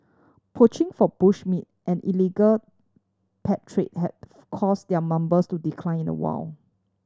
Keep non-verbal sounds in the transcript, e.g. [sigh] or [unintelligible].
poaching for bush meat and illegal pet trade had [unintelligible] caused their numbers to decline in the wild